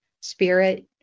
spirit